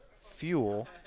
fuel